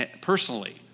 personally